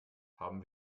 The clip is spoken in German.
haben